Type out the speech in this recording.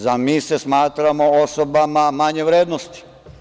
Zar se mi smatramo osobama manje vrednosti?